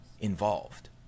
involved